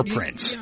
Prince